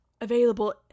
available